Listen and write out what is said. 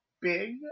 big